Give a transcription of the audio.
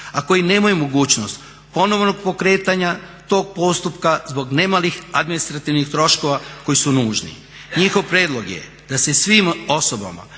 a koji nemaju mogućnost ponovnog pokretanja tog postupka zbog nemalih administrativnih troškova koji su nužni. Njihov prijedlog je da se svim osobama